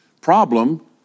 problem